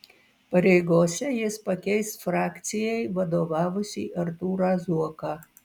pareigose jis pakeis frakcijai vadovavusį artūrą zuoką